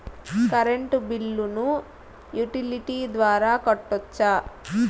Current బిల్లును utility ద్వారా కట్టొచ్చా?